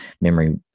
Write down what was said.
memory